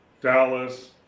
Dallas